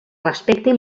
respectin